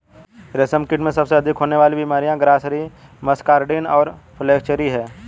रेशमकीट में सबसे अधिक होने वाली बीमारियां ग्रासरी, मस्कार्डिन और फ्लैचेरी हैं